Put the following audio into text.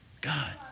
God